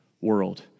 world